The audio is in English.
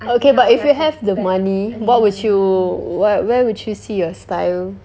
okay but if you have the money what would you where where would you see your style